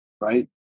Right